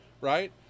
right